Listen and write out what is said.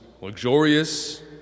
luxurious